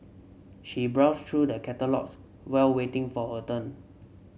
she browsed through the catalogues while waiting for her turn